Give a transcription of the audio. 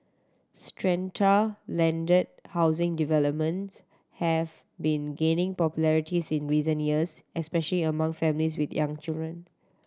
strata landed housing developments have been gaining popularities in recent years especially among families with young children